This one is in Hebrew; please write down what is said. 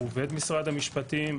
הוא עובד משרד המשפטים.